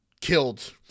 killed